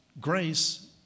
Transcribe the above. grace